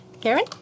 Karen